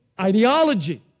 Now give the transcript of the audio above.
ideology